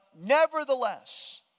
nevertheless